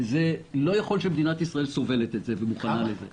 לא יכול להיות שמדינת ישראל סובלת את זה ומוכנה לזה.